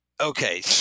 Okay